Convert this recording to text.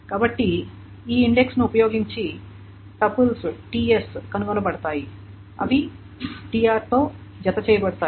కాబట్టి ఈ ఇండెక్స్ ను ఉపయోగించి టపుల్స్ ts కనుగొన బడతాయి అవి tr తో జతచేయబడతాయి